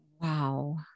wow